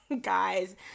guys